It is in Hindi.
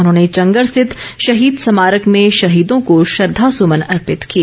उन्होंने चंगर स्थित शहीद स्मारक में शहीदों को श्रद्धा सुमन अर्पित किए